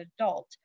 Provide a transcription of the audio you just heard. adult